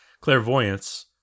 clairvoyance